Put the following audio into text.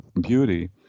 beauty